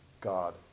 God